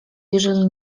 jeżeli